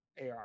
AR